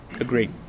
Agreed